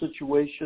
situation